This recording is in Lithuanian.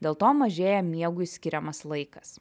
dėl to mažėja miegui skiriamas laikas